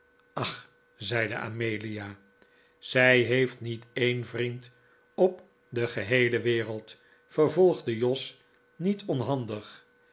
ach zeide amelia zij heeft niet een vriend op de geheele wereld vervolgde jos niet onhandig